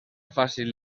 fàcil